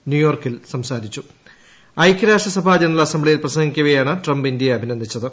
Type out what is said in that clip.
ന്യൂയോർക്കിൽ ഐക്യരാഷ്ട്രസഭ ജനറൽ അസംബ്ലിയിൽ പ്രസംഗികവെയാണ് ട്രംപ് ഇന്ത്യയെ അഭിനന്ദിച്ചത്